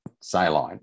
saline